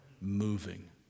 moving